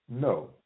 No